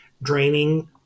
draining